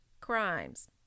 crimes